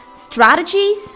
strategies